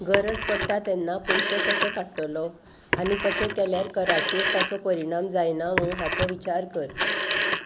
गरज पडटा तेन्ना पयशे कशे काडटलो आनी तशें केल्यार कराचेर ताचो परिणाम जायना हांव हाचो विचार कर